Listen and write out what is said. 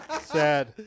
Sad